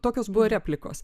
tokios buvo replikos